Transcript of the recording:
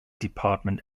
department